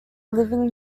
living